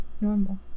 Normal